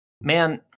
Man